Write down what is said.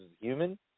human